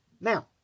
Now